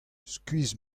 skuizh